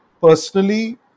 personally